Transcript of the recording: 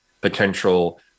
potential